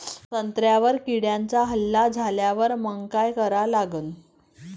संत्र्यावर किड्यांचा हल्ला झाल्यावर मंग काय करा लागन?